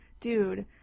dude